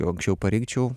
jau anksčiau parinkčiau